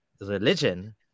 religion